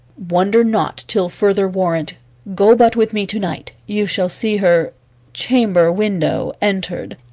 wonder not till further warrant go but with me to-night, you shall see her chamber-window entered,